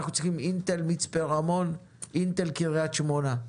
אנחנו צריכים אינטל מצפה רמון, אינטל קריית שמונה.